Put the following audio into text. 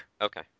Okay